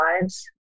lives